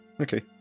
okay